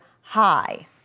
high